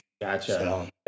Gotcha